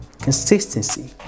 consistency